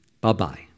Bye-bye